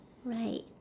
right